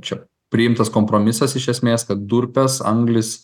čia priimtas kompromisas iš esmės kad durpės anglys